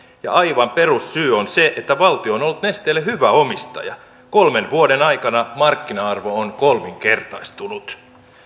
aivan perussyy on se että valtio on ollut nesteelle hyvä omistaja kolmen vuoden aikana markkina arvo on kolminkertaistunut